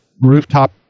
rooftop